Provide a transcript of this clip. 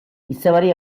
izebari